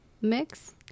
mix